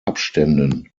abständen